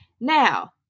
Now